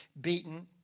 beaten